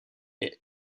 est